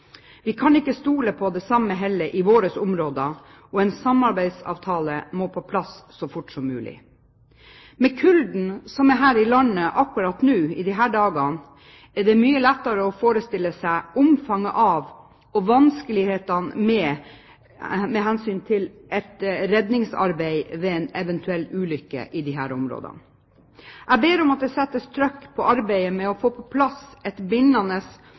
Vi kan ikke stole på det samme hellet i våre områder, og en samarbeidsavtale må på plass så fort som mulig. Med den kulden som er her i landet akkurat i disse dager, er det lettere å forestille seg omfanget av og vanskelighetene med hensyn til et redningsarbeid ved en eventuell ulykke i disse områdene. Jeg ber om at det settes trykk på arbeidet med å få på plass et bindende